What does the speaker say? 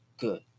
Good